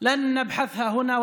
שלא נדון בו פה,